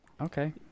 Okay